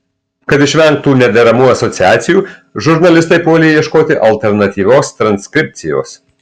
kad išvengtų nederamų asociacijų žurnalistai puolė ieškoti alternatyvios transkripcijos